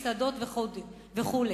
מסעדות וכו'.